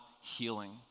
healing